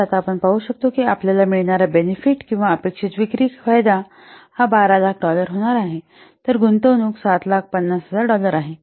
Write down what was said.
तर आता आपण पाहू शकतो की आपल्याला मिळणारा बेनिफिट किंवा अपेक्षित विक्री फायदा १२००००० डॉलर होणार आहे तर गुंतवणूक ७५०००० डॉलर आहे